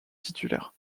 titulaire